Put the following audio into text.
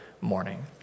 morning